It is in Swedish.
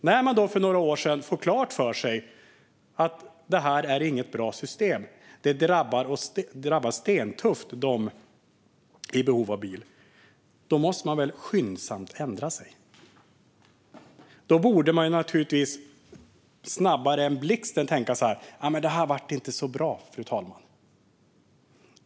När man för några år sedan fick klart för sig att det inte är något bra system och att det stenhårt drabbar dem som är i behov av bil borde man skyndsamt ha ändrat sig. Man borde naturligtvis snabbare än blixten ha tänkt att det inte blev särskilt bra, fru talman.